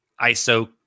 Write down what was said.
ISO